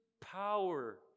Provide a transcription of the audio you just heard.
power